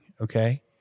Okay